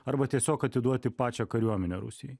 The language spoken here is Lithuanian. arba tiesiog atiduoti pačią kariuomenę rusijai